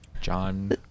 John